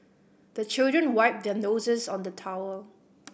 the children wipe their noses on the towel